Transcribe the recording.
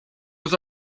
was